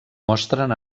mostren